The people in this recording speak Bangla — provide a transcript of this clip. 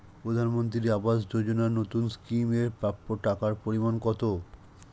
প্রধানমন্ত্রী আবাস যোজনায় নতুন স্কিম এর প্রাপ্য টাকার পরিমান কত?